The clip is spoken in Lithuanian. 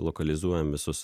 lokalizuojam visus